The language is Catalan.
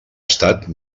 estat